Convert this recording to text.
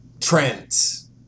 trends